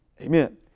Amen